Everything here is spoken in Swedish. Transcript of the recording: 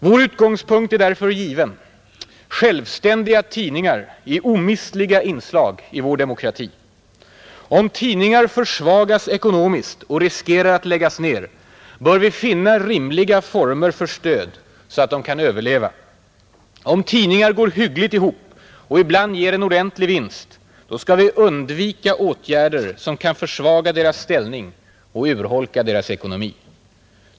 Vår utgångspunkt är därför given: Självständiga tidningar är omistliga inslag i vår demokrati. Om tidningar försvagas ekonomiskt och riskerar att läggas ner bör vi finna rimliga former för stöd så att de kan överleva. Om tidningar går hyggligt ihop och ibland ger en ordentlig vinst skall vi undvika åtgärder som kan försvaga deras ställning och urholka deras ekonomi.